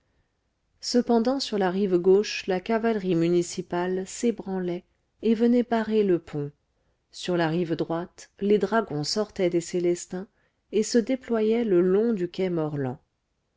cependant sur la rive gauche la cavalerie municipale s'ébranlait et venait barrer le pont sur la rive droite les dragons sortaient des célestins et se déployaient le long du quai morland